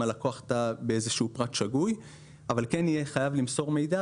אם הלקוח טעה באיזשהו פרט שגוי אבל כן יהיה חייב למסור מידע